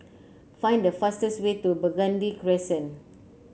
find the fastest way to Burgundy Crescent